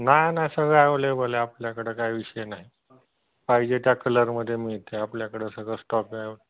नाही नाही सगळं ॲवलेबल आहे आपल्याकडं काय विषय नाही पाहिजे त्या कलरमध्ये मिळते आपल्याकडं सगळं स्टॉक आहे